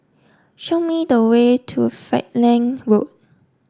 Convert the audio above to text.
show me the way to Falkland Road